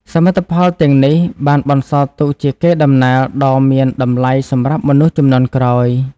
សមិទ្ធផលទាំងនេះបានបន្សល់ទុកជាកេរដំណែលដ៏មានតម្លៃសម្រាប់មនុស្សជំនាន់ក្រោយ។